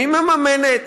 אני מממנת,